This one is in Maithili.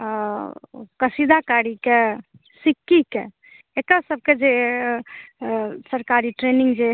कसीदाकारीके सिक्कीके एकरसभके जे सरकारी ट्रेनिङ्ग जे